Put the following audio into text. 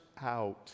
out